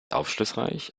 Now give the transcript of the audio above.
aufschlussreich